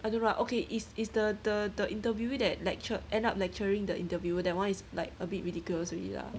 I don't know lah okay is is the the the interviewee that lecture end up lecturing the interviewer that one is like a bit ridiculous already lah